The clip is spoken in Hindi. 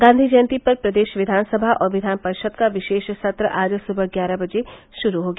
गांधी जयंती पर प्रदेश विधानसभा और विधान परिषद का विशेष सत्र आज सुबह ग्यारह बजे शुरू हो गया